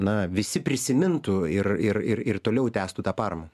na visi prisimintų ir ir ir ir toliau tęstų tą paramą